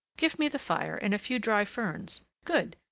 give me the fire and a few dry ferns. good!